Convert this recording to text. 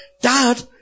Dad